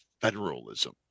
federalism